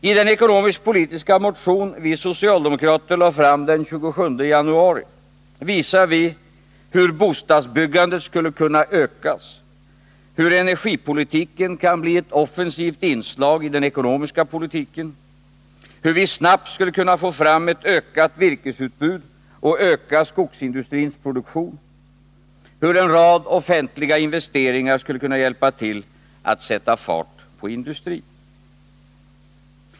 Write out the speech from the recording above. I den ekonomisk-politiska motion vi socialdemokrater lade fram den 27 januari visar vi hur bostadsbyggandet skulle kunna ökas, hur energipolitiken kan bli ett offensivt inslag i den ekonomiska politiken, hur vi snabbt skulle kunna få fram ett ökat virkesutbud och öka skogsindustrins produktion, hur en rad offentliga investeringar skulle kunna hjälpa till att sätta fart på industrin.